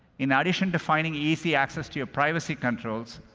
in ah addition to finding easy access to your privacy controls,